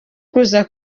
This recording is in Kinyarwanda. kuza